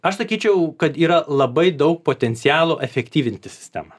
aš sakyčiau kad yra labai daug potencialo efektyvinti sistemą